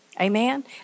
Amen